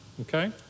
okay